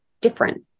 different